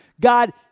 God